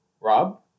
Rob